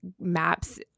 maps